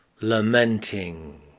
lamenting